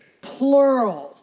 plural